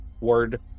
word